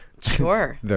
Sure